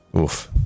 Oof